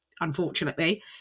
unfortunately